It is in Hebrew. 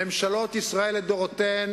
ממשלות ישראל לדורותיהן